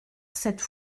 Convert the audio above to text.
cette